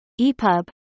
EPUB